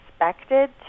expected